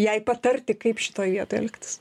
jai patarti kaip šitoj vietoj elgtis